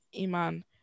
Iman